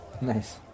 Nice